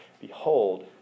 Behold